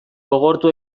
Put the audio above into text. gogortu